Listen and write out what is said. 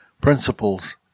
principles